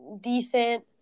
decent